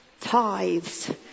tithes